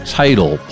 title